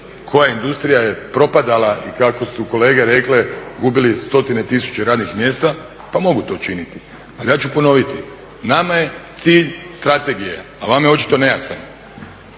koja industrija je propadala i kako su kolege rekle gubili stotine tisuća radnih mjesta, pa mogu to učiniti. Ali ja ću ponoviti nama je cilj strategija, a vama je očito nejasna.